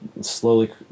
slowly